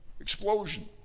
Explosion